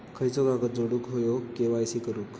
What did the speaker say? खयचो कागद जोडुक होयो के.वाय.सी करूक?